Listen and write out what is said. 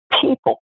people